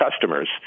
customers